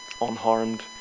unharmed